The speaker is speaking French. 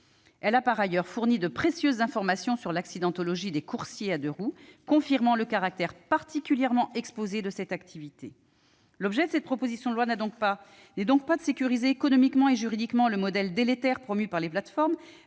Elle a par ailleurs fourni de précieuses informations sur l'accidentologie des coursiers à deux-roues, confirmant le caractère particulièrement exposé de cette activité. L'objet de cette proposition de loi est donc non pas de sécuriser économiquement et juridiquement le modèle délétère promu par les plateformes,